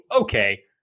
okay